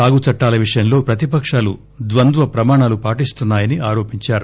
సాగు చట్టాల విషయంలో ప్రతిపకాలు ద్వంద్వ ప్రమాణాలు పాటిస్తున్నాయని ఆరోపించారు